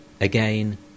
Again